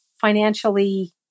financially